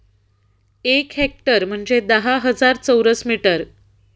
एक हेक्टर म्हणजे दहा हजार चौरस मीटर